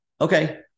Okay